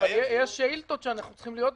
אבל יש שאילתות שאנחנו צריכים להיות בהן.